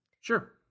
sure